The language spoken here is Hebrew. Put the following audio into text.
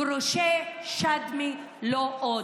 גרושי שדמי, לא עוד.